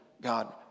God